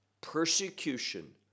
Persecution